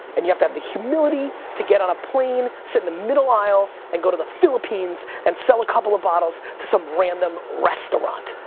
and you have to have the humility humility to get on a plane, sit in the middle aisle and go to the philippines, and sell a couple of bottles to some random restaurant,